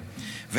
חברי הכנסת,